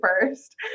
first